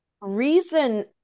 Reason